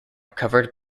covered